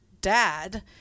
dad